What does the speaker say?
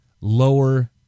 lower